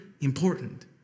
important